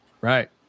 right